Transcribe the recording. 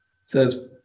says